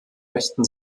rechten